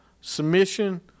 submission